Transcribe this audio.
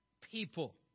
people